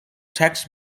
text